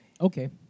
Okay